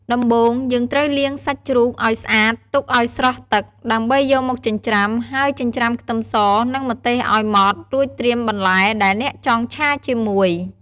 ដំបូងយើងត្រូវលាងសាច់ជ្រូកឱ្យស្អាតទុកឱ្យស្រស់ទឹក ដើម្បីយកមកចិញ្ច្រាំ ហើយចិញ្ច្រាំខ្ទឹមស និងម្ទេសឱ្យម៉ដ្ឋ រួចត្រៀមបន្លែដែលអ្នកចង់ឆាជាមួយ។